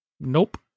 Nope